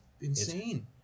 insane